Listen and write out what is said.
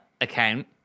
account